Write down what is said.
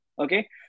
okay